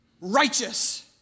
righteous